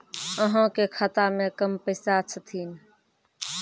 अहाँ के खाता मे कम पैसा छथिन?